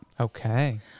Okay